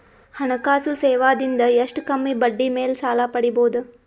ಹಣಕಾಸು ಸೇವಾ ದಿಂದ ಎಷ್ಟ ಕಮ್ಮಿಬಡ್ಡಿ ಮೇಲ್ ಸಾಲ ಪಡಿಬೋದ?